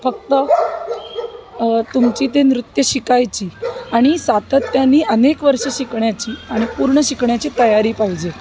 फक्त तुमची ते नृत्य शिकायची आणि सातत्याने अनेक वर्ष शिकण्याची आणि पूर्ण शिकण्याची तयारी पाहिजे